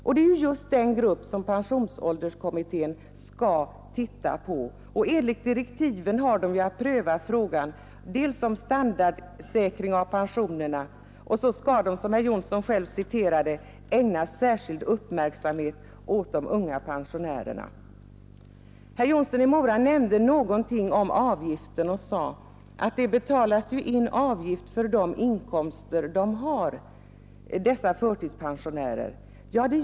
Och det är just den gruppen som pensionsålderskommittén skall titta på. Enligt direktiven har kommittén dels att pröva frågan om standardsäkring av pensionerna, dels — som herr Jonsson i Mora citerade — att ägna särskild uppmärksamhet åt de unga pensionärerna. Herr Jonsson nämnde någonting om avgiften och sade att det betalas in avgift för de inkomster dessa förtidspensionärer har.